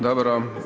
Dobro.